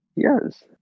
Yes